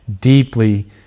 deeply